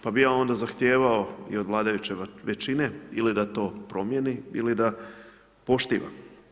Pa bi ja onda zahtijevao ili od vladajuće većine ili da to promjeni ili da poštiva.